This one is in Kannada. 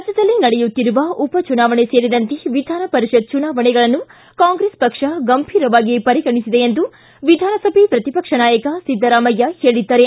ರಾಜ್ಞದಲ್ಲಿ ನಡೆಯುತ್ತಿರುವ ಉಪಚುನಾವಣೆ ಸೇರಿದಂತೆ ವಿಧಾನಪರಿಷತ್ ಚುನಾವಣೆಗಳನ್ನು ಕಾಂಗ್ರೆಸ್ ಪಕ್ಷ ಗಂಭೀರವಾಗಿ ಪರಿಗಣಿಸಿದೆ ಎಂದು ವಿಧಾನಸಭೆ ಪ್ರತಿಪಕ್ಷ ನಾಯಕ ಸಿದ್ದರಾಮಯ್ಯ ಹೇಳಿದ್ದಾರೆ